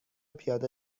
پیاده